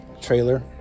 trailer